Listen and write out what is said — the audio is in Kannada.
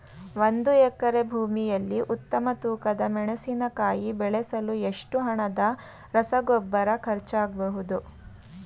ಒಂದು ಎಕರೆ ಭೂಮಿಯಲ್ಲಿ ಉತ್ತಮ ತೂಕದ ಮೆಣಸಿನಕಾಯಿ ಬೆಳೆಸಲು ಎಷ್ಟು ಹಣದ ರಸಗೊಬ್ಬರ ಖರ್ಚಾಗಬಹುದು?